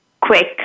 quick